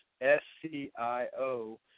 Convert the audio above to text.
S-C-I-O